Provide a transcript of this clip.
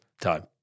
time